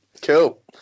Cool